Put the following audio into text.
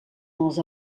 els